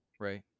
right